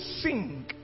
sing